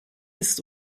ist